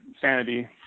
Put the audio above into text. sanity